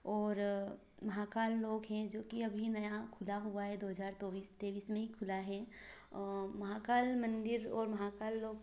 और महाकाल लोग है जो कि अभी नया खुला हुआ है दो हज़ार तोइस तैवीस में ही खुला है महाकाल मंदिर और महाकाल लोग